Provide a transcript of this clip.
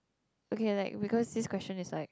okay like because this question is like